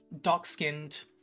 dark-skinned